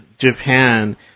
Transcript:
Japan